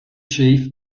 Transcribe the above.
chief